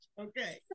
Okay